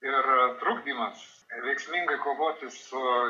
ir trukdymas veiksmingai kovoti su